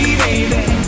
baby